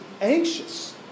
anxious